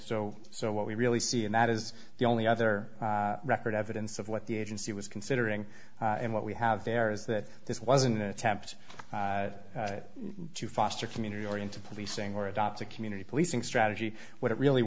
so so what we really see and that is the only other record evidence of what the agency was considering and what we have there is that this was an attempt to foster community oriented policing or adopt a community policing strategy what it really